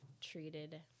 treated